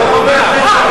זה מה שקורה,